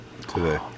today